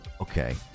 okay